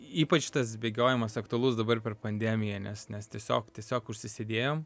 ypač tas bėgiojimas aktualus dabar per pandemiją nes nes tiesiog tiesiog užsisėdėjom